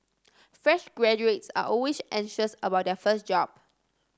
fresh graduates are always anxious about their first job